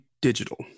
digital